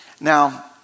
Now